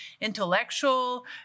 intellectual